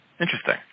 Interesting